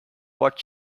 what